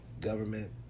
government